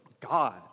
God